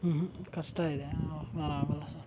ಉಹ್ಞೂ ಕಷ್ಟ ಇದೆ ಆಗೋಲ್ಲ ಸರ್